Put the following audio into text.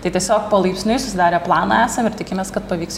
tai tiesiog palaipsniui susidarę planą esam ir tikimės kad pavyks